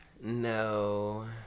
No